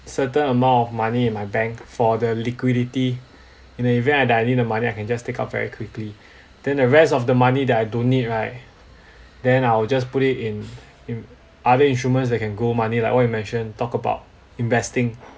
certain amount of money in my bank for the liquidity in the event that I need the money I can just take out very quickly then the rest of the money that I don't need right then I'll just put it in other instruments that can grow money like what you mentioned talk about investing